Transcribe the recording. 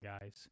guys